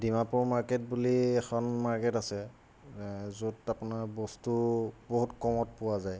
Dimapur market বুলি এখন market আছে য'ত আপোনাৰ বস্তু বহুত কমত পোৱা যায়